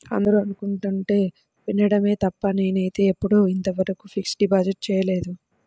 అందరూ అనుకుంటుంటే వినడమే తప్ప నేనైతే ఎప్పుడూ ఇంతవరకు ఫిక్స్డ్ డిపాజిట్ చేయలేదు